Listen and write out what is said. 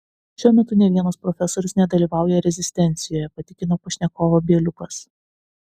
šiuo metu nė vienas profesorius nedalyvauja rezistencijoje patikino pašnekovą bieliukas